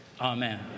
Amen